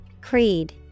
Creed